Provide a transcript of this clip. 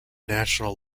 national